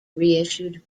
reissued